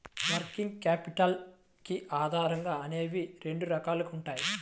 working capital కి ఆధారాలు అనేవి రెండు రకాలుగా ఉంటాయి